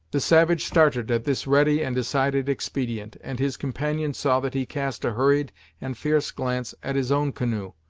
the savage started at this ready and decided expedient, and his companion saw that he cast a hurried and fierce glance at his own canoe,